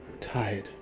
tired